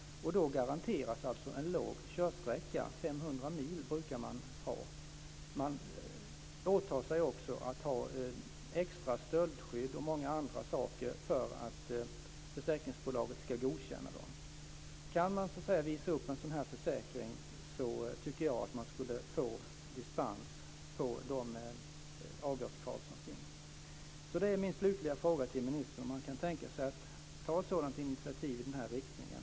Då garanterar man en kort körsträcka - 500 mil brukar det vara. Man åtar sig också att ha extra stöldskydd och mycket annat för att försäkringsbolaget ska godkänna fordonet. Kan man visa upp en sådan försäkring, tycker jag att man borde få dispens från de avgaskrav som finns. Min slutliga fråga till ministern är om han kan tänka sig att ta ett initiativ i den riktningen.